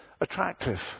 attractive